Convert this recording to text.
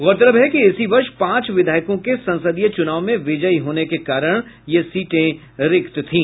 गौरतलब है कि इसी वर्ष पांच विधायकों के संसदीय चूनाव में विजयी होने के कारण ये सीटें रिक्त थी